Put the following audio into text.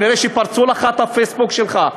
כנראה פרצו לך את הפייסבוק שלך,